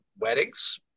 weddings